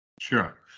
Sure